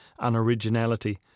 unoriginality